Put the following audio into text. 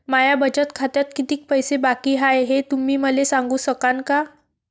माया बचत खात्यात कितीक पैसे बाकी हाय, हे तुम्ही मले सांगू सकानं का?